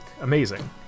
Amazing